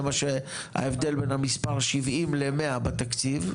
זה ההבדל בין המספר 70 ל-100 בתקציב,